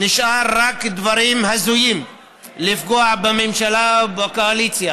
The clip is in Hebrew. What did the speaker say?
נשארים רק דברים הזויים לפגוע בממשלה ובקואליציה.